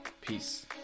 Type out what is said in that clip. Peace